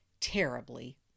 terribly